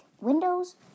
Windows